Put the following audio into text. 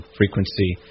frequency